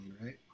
right